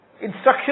instruction